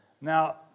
Now